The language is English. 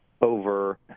over